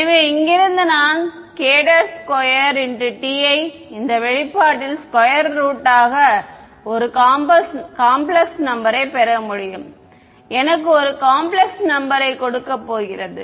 எனவே இங்கிருந்து நான் k2t ஐ இந்த வெளிப்பாட்டின் ஸ்க்குயர் ரூட்டாக ஒரு காம்ப்லெக்ஸ் நம்பர் யை பெற முடியும் எனக்கு ஒரு காம்ப்லெக்ஸ் நம்பர் யை கொடுக்க போகிறது